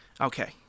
Okay